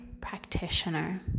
practitioner